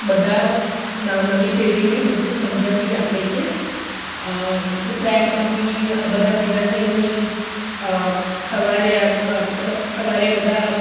બધા ન નવી પેઢીને બધું સમજણ બી આપે છે ઉત્તરાયણમાં બી બધા ભેગા થઈને સવારે આમ મતલબ સવારે બધા